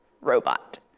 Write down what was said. robot